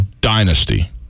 dynasty